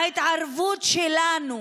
ההתערבות שלנו